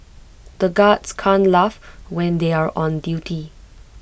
the guards can't laugh when they are on duty